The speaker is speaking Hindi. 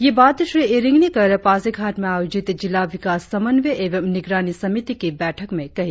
ये बात श्री इरिंग ने कल पासीघाट में आयोजित जिला विकास समन्वय एवं निगरानी समिति की बैठक में कही